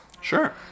Sure